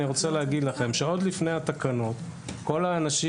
אני רוצה לומר לכם שעוד לפני התקנות כל האנשים